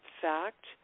fact